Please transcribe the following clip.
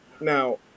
now